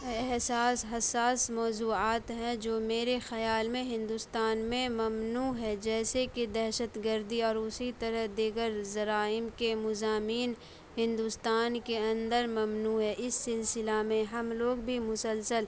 احساس حساس موضوعات ہیں جو میرے خیال میں ہندوستان میں ممنوع ہے جیسے کہ دہشت گردی اور اسی طرح دیگر جرائم مضامین ہندوستان کے اندر ممنوع ہے اس سلسلہ میں ہم لوگ بھی مسلسل